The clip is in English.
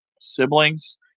siblings